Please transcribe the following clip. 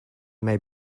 may